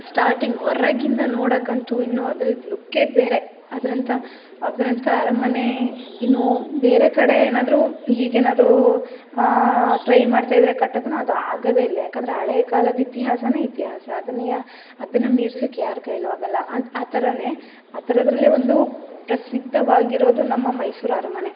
starting ಹೊರಗಿಂದ ನೊಡೋಕ್ಕಂತೂ ಇನ್ನೂ ಅದರ ಲುಕ್ಕೇ ಬೇರೆ ಅದರಂಥ ಅದರಂಥ ಅರಮನೆ ಇನ್ನೂ ಬೇರೆ ಕಡೆ ಏನಾದ್ರೂ ಈಗೇನಾದ್ರೂ ಟ್ರೈ ಮಾಡ್ತಾ ಇದ್ದರೆ ಕಟ್ಟಕ್ಕು ಅದು ಆಗೋದೇ ಇಲ್ಲ ಏಕಂದರೆ ಹಳೇ ಕಾಲದ ಇತಿಹಾಸವೇ ಇತಿಹಾಸ ಅದನ್ನು ಯಾ ಅದನ್ನು ಮೀರ್ಸೋಕ್ಕೆ ಯಾರ ಕೈಯಲ್ಲೂ ಆಗೋಲ್ಲ ಆ ಆ ಥರವೇ ಆ ಥರದರಲ್ಲೇ ಒಂದು ಪ್ರಸಿದ್ಧವಾಗಿರೋದು ನಮ್ಮ ಮೈಸೂರು ಅರಮನೆ